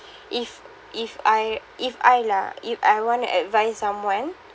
if if I if I lah if I wanna advice someone